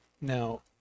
Now